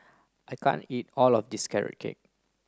I can't eat all of this carrot cake